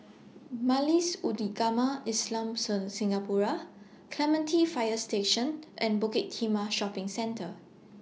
Majlis Ugama Islamcen Singapura Clementi Fire Station and Bukit Timah Shopping Centre